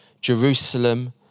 Jerusalem